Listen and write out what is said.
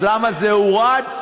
אז למה זה הורד?